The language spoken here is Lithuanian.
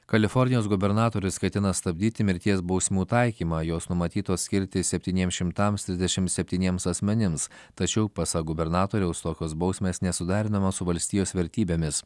kalifornijos gubernatorius ketina stabdyti mirties bausmių taikymą jos numatytos skirti septyniems šimtams trisdešimt septyniems asmenims tačiau pasak gubernatoriaus tokios bausmės nesuderinamos su valstijos vertybėmis